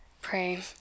Pray